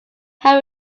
have